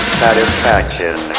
satisfaction